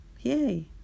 yay